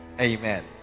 amen